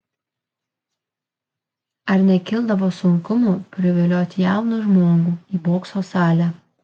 ar nekildavo sunkumų privilioti jauną žmogų į bokso salę